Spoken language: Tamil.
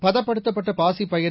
பதப்படுத்தப்பட்ட பாசிப்பயறு